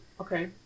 Okay